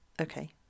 Okay